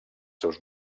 seus